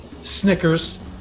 Snickers